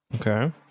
Okay